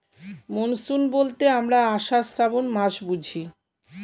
monsoon বলতে আমরা আষাঢ়, শ্রাবন মাস বুঝি